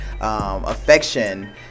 affection